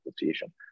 association